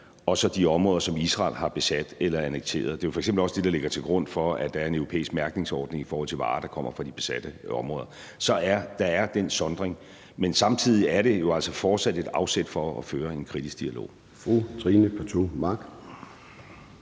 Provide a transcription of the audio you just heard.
og så de områder, som Israel har besat eller annekteret. Det er jo f.eks. også det, der ligger til grund for, at der er en europæisk mærkningsordning i forhold til varer, der kommer fra de besatte områder. Så der er den sondring, men samtidig er det jo altså så fortsat et afsæt for at føre en kritisk dialog.